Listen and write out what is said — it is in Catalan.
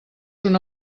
una